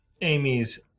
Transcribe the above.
Amy's